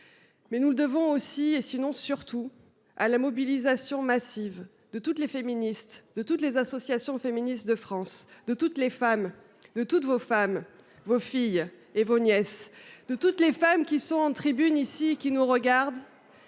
Mais nous la devons aussi et sinon surtout à la mobilisation massive de toutes les féministes, de toutes les associations féministes de France, de toutes les femmes, de toutes vos femmes, vos filles et vos nièces,… Arrêtez avec cet argument !… de toutes les femmes qui sont en tribune ici et qui nous regardent.